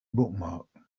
bookmark